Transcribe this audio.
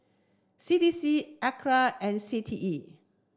C D C and C T E